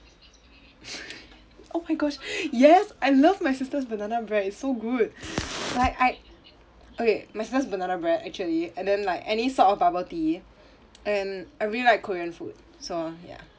oh my gosh yes I love my sister's banana bread it's so good like I okay my sister's banana bread actually and then like any sort of bubble tea and I really like korean food so ya